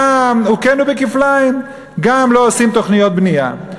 הוכינו כפליים: גם לא עושים תוכניות בנייה,